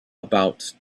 about